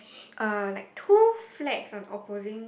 uh like two flags on opposing